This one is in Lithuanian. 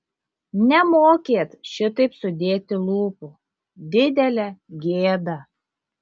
nemokėt šitaip sudėti lūpų didelė gėda